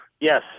Yes